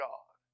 God